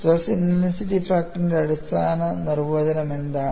stress intensity ഫാക്ടറിന്റെ അടിസ്ഥാന നിർവചനം എന്താണ്